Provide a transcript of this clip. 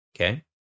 okay